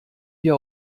wir